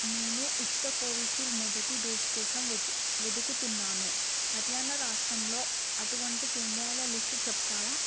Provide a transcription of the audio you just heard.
నేను ఉచిత కోవిషీల్డ్ మొదటి డోసు కోసం వెదుకుతున్నాను హర్యానా రాష్ట్రంలో అటువంటి కేంద్రాల లిస్టు చెప్తావా